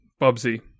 Bubsy